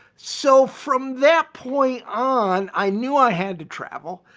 so from that point on, i knew i had to travel.